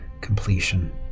completion